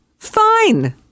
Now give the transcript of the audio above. Fine